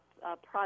product